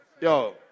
Yo